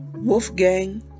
Wolfgang